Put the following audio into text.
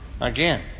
again